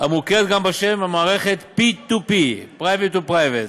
המוכרת גם בשם מערכת P2P, privet to privet.